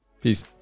Peace